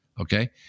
okay